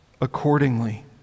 accordingly